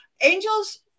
Angels